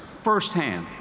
firsthand